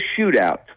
shootout